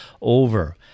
over